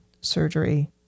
surgery